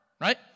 right